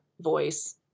voice